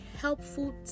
helpful